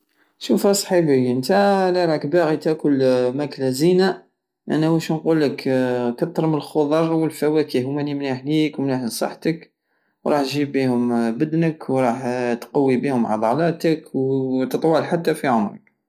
شوف يا صحيبي نتا لي راك باغي تاكل ماكلة زينة انا واش نقل كتر من الخضر والفواكه هوما لي ملاح ليك وملاح لصحتك ورح جيب بيهم بدنك وراح تقوي بيهم عضلاتك وتطول حتى في عمرك